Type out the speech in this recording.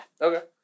Okay